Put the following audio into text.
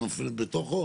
נופל בתוך?